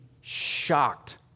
shocked